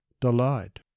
delight